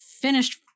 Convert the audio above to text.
finished